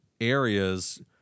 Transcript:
areas